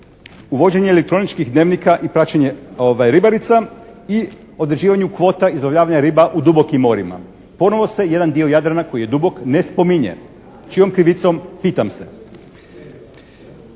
uvođenje elektroničkih dnevnika i praćenje ribarica i određivanju kvota …/Govornik se ne razumije./… riba u dubokim morima. Ponovo se jedan dio Jadrana koji je dubok ne spominje. Čijom krivicom, pitam se.